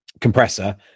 compressor